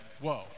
whoa